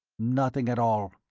nothing at all.